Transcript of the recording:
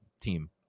team